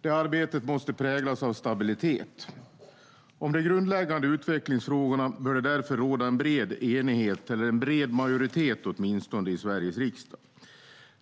Det arbetet måste präglas av stabilitet. Om de grundläggande utvecklingsfrågorna bör det därför råda en bred enighet, eller åtminstone en bred majoritet, i Sveriges riksdag.